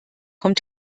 kommt